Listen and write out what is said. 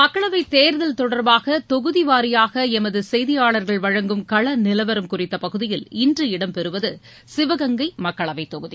மக்களவைத் தேர்தல் தொடர்பாக தொகுதி வாரியாக எமது செய்தியாளர்கள் வழங்கும் களநிலவரம் குறித்த பகுதியில் இன்று இடம் பெறுவது சிவகங்கை மக்களவை தொகுதி